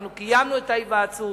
אנחנו קיימנו את ההיוועצות,